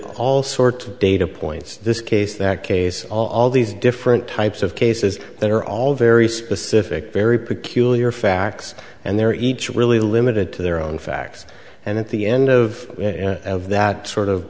all sorts of data points this case that case all these different types of cases that are all very specific very peculiar facts and they're each really limited to their own facts and at the end of that sort of